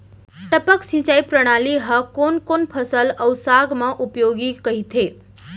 टपक सिंचाई प्रणाली ह कोन कोन फसल अऊ साग म उपयोगी कहिथे?